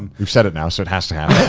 you've said it now, so it has to happen.